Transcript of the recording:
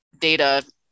data